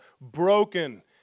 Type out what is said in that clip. broken